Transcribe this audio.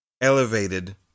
elevated